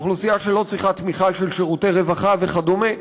אוכלוסייה שלא צריכה תמיכה של שירותי רווחה וכדומה.